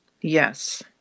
Yes